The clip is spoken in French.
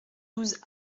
douze